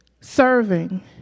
serving